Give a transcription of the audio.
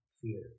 fear